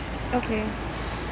okay